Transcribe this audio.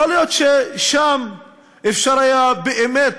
יכול להיות ששם היה אפשר באמת